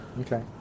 Okay